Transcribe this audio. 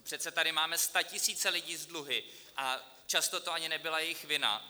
Přece tady máme statisíce lidí s dluhy a často to ani nebyla jejich vina.